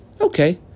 Okay